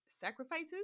sacrifices